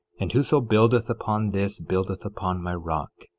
and whoso buildeth upon this buildeth upon my rock,